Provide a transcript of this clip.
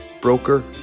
broker